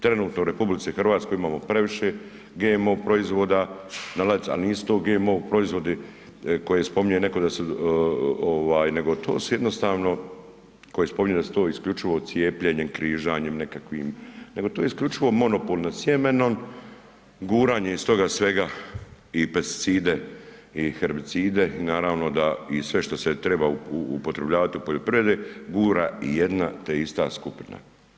Trenutno u RH imamo previše GMO proizvoda, ali nisu to GMO proizvodi koje spominje netko nego to se jednostavno koji spominje da se to isključivo cijepljenjem, križanjem nekakvim, nego to je isključivo monopol nad sjemenom, guranje iz toga svega i pesticide i herbicide i naravno da i sve što se treba upotrjebljavati u poljoprivredi gura jedna te ista skupina.